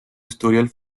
historial